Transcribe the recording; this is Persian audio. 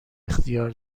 اختیار